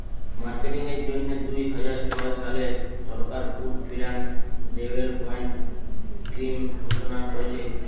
marketing এর জন্যে দুইহাজার ছয় সালে সরকার পুল্ড ফিন্যান্স ডেভেলপমেন্ট স্কিং ঘোষণা কোরেছে